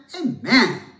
amen